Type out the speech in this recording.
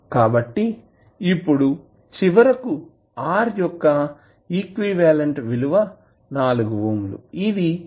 కాబట్టి ఇప్పుడు చివరకు R యొక్క ఈక్వివలెంట్ విలువ 4 ఓం ఇది కెపాసిటర్ 0